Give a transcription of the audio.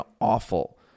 awful